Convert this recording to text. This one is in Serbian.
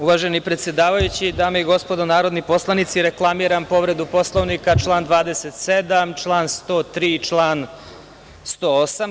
Uvaženi predsedavajući, dame i gospodo narodni poslanici, reklamiram povredu Poslovnika, član 27, 103. i 108.